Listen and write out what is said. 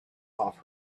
off